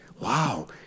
wow